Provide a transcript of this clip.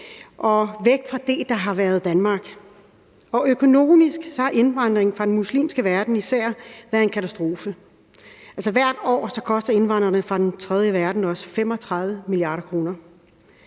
væk fra det, der har været Danmark. Og økonomisk har indvandringen fra den muslimske verden især været en katastrofe – hvert år koster indvandrerne fra den tredje verden os 35 mia. kr.